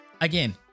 again